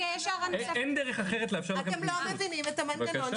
יש כאן היפוך של